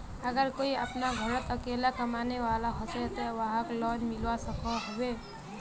अगर कोई अपना घोरोत अकेला कमाने वाला होचे ते वाहक लोन मिलवा सकोहो होबे?